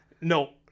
No